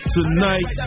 Tonight